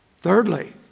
Thirdly